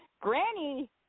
Granny